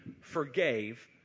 forgave